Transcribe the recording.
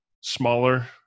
smaller